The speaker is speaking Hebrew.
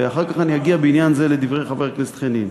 ואחר כך אני אגיע בעניין זה לדברי חבר הכנסת חנין.